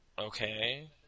Okay